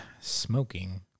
smoking